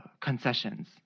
concessions